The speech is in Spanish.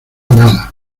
nada